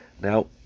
Now